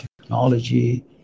technology